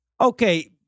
Okay